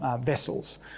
Vessels